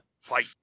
Fight